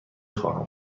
خواهم